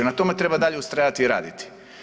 Na tome treba dalje ustrajati i raditi.